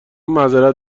معذرت